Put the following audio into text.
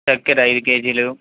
చక్కర ఐదు కేజీలు